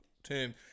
term